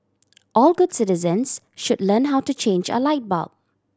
all good citizens should learn how to change a light bulb